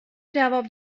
جواب